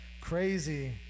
crazy